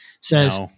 says